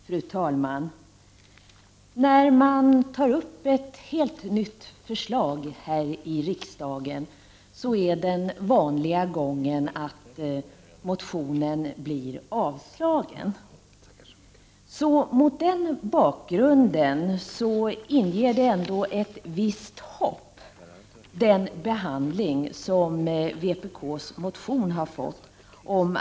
Fru talman! När man tar upp ett helt nytt förslag här i riksdagen är den vanliga gången att motionen blir avslagen. Mot den bakgrunden inger det ändå ett visst hopp med den behandling som vpk:s motion har fått.